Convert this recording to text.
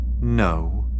no